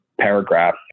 paragraph